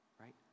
right